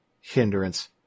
hindrance